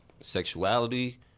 sexuality